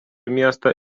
miestą